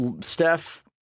Steph